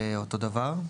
סעיף 16א(ב) נשאר אותו הדבר.